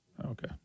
Okay